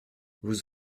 vous